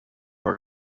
are